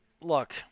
look